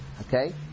Okay